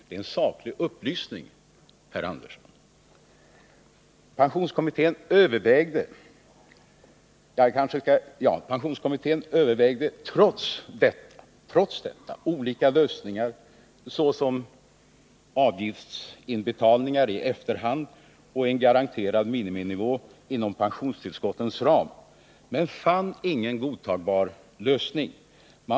Det är en saklig upplysning, herr Andersson. Pensionskommittén övervägde olika lösningar, såsom avgiftsinbetalningar i efterhand och en garanterad miniminivå inom pensionstillskottens ram, men fann ingen godtagbar lösning. Bl.